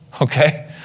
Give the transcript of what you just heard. Okay